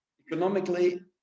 economically